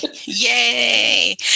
Yay